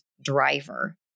driver